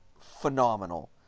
phenomenal